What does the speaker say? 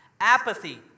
apathy